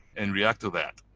and react to that.